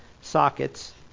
sockets